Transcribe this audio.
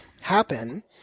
happen